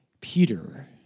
Peter